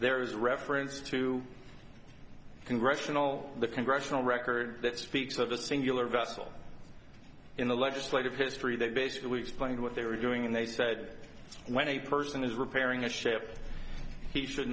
there is reference to congressional the congressional record that speaks of a singular vessel in the legislative history that basically explained what they were doing and they said when a person is repairing a ship he should